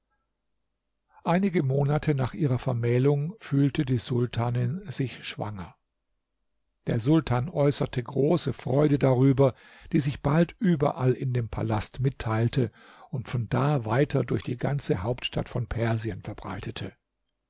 einige monate nach ihrer vermählung fühlte die sultanin sich schwanger der sultan äußerte große freude darüber die sich bald überall in dem palast mitteilte und von da weiter durch die ganze hauptstadt von persien verbreitete